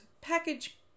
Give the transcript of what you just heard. package